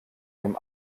dem